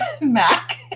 Mac